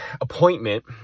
appointment